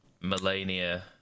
Melania